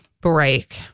break